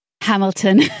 Hamilton